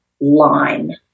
line